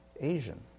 Asian